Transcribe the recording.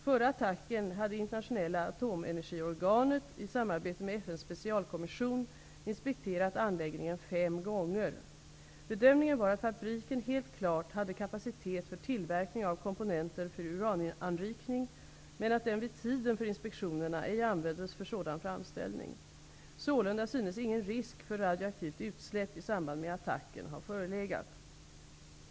Före attacken hade internationella atomenergiorganet , i samarbete med FN:s specialkommission, inspekterat anläggningen fem gånger. Bedömningen var att fabriken helt klart hade kapacitet för tillverkning av komponenter för urananrikning, men att den vid tiden för inspektionerna ej användes för sådan framställning. Sålunda synes ingen risk för radioaktivt utsläpp i samband med attacken ha förelegat.